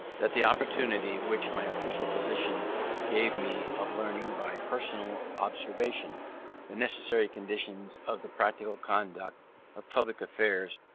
that the opportunity which my official position gave me of learning by personal observation the necessary conditions of the practical conduct of public affairs,